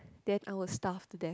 then I will starve to death